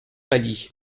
palix